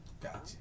Gotcha